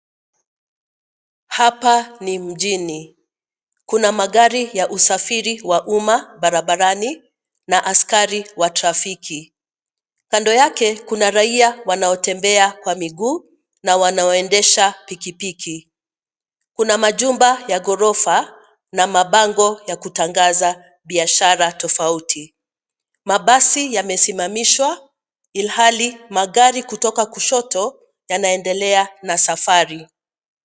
Hapa ni mjini, kuna magari ya usafiri wa umma barabarani, na askari wa trafiki, kando yake kuna raia wanaotembea kwa miguu, na wanaoendesha pikipiki, kuna majumba ya ghorofa, na mabango yakutangaza, biashara tofauti, mabasi yamesimamishwa, ilhali magari kutoka kushoto, yanaendelea na safari.